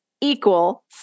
equal